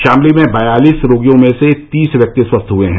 शामली में बयालीस रोगियों में से तीस व्यक्ति स्वस्थ हुए हैं